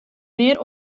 mear